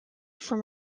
from